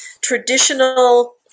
traditional